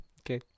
Okay